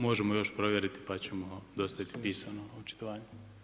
Možemo još provjeriti, pa ćemo dostaviti pisano očitovanje.